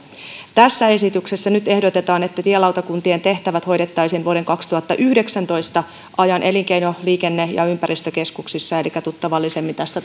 tässä esityksessä nyt ehdotetaan että tielautakuntien tehtävät hoidettaisiin vuoden kaksituhattayhdeksäntoista ajan elinkeino liikenne ja ympäristökeskuksissa elikkä tuttavallisemmin tässä